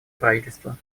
правительства